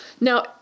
Now